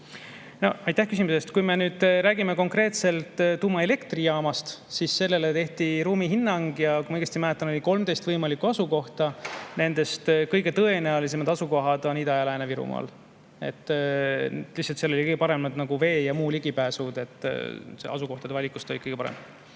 Aitäh küsimuse eest! Kui me räägime konkreetselt tuumaelektrijaamast, siis sellele tehti ruumihinnang ja kui ma õigesti mäletan, oli 13 võimalikku asukohta. Nendest kõige tõenäolisemad asukohad on Ida‑ ja Lääne-Virumaal. Lihtsalt seal olid kõige paremad vee‑ ja muud ligipääsud, asukohtade valikust kõige paremad.